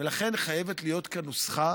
ולכן, חייבת להיות כאן נוסחה